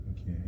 Okay